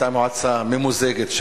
היא היתה מועצה ממוזגת,